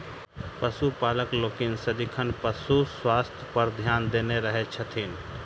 पशुपालक लोकनि सदिखन पशु स्वास्थ्य पर ध्यान देने रहैत छथि